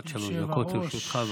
עד שלוש דקות לרשותך.